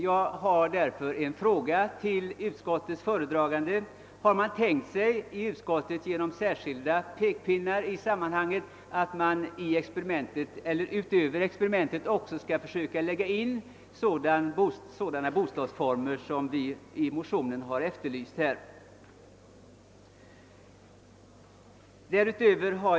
Jag har därför en fråga till utskottets föredragande: Har utskottet tänkt sig att foga in pekpinnar om att man i experimentet eller utöver experimentet också skall pröva sådana bostadsformer som vi i motionen har efterlyst?